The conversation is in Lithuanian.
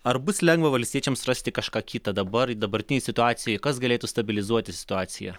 ar bus lengva valstiečiams rasti kažką kita dabar dabartinėje situacijoje kas galėtų stabilizuoti situaciją